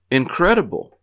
incredible